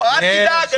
אל תדאג.